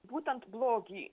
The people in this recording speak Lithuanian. būtent blogį